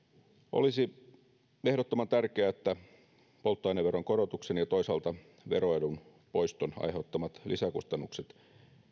olisi ehdottoman tärkeää että polttoaineveron korotuksen ja toisaalta veroedun poiston aiheuttamat lisäkustannukset